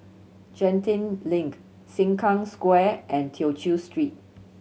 Genting Link Sengkang Square and Tew Chew Street